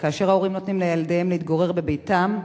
וכאשר ההורים נותנים לילדיהם להתגורר בביתם,